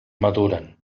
maduren